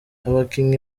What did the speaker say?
abakinnyi